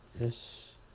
Yes